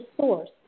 source